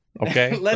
Okay